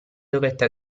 dovette